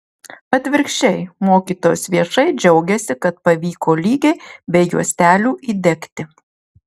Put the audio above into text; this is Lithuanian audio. atvirkščiai mokytojos viešai džiaugiasi kad pavyko lygiai be juostelių įdegti